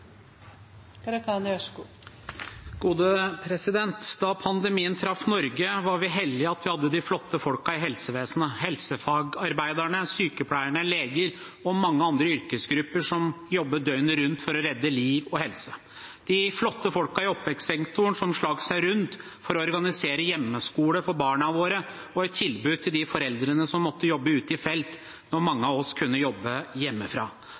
Da pandemien traff Norge, var vi heldige som hadde de flotte folkene i helsevesenet, helsefagarbeidere, sykepleiere, leger og mange andre yrkesgrupper som jobbet døgnet rundt for å redde liv og helse, de flotte folkene i oppvekstsektoren, som slengte seg rundt for å organisere hjemmeskole for barna våre og gi et tilbud til de foreldrene som måtte jobbe ute i felt når mange av oss kunne jobbe hjemmefra,